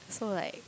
so like